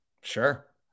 Sure